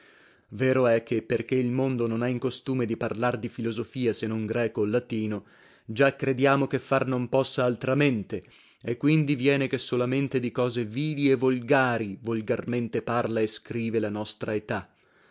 vero è che perché il mondo non ha in costume di parlar di filosofia se non greco o latino già crediamo che far non possa altramente e quindi viene che solamente di cose vili e volgari volgarmente parla e scrive la nostra età